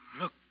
look